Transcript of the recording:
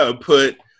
put